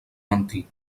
mentir